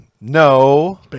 No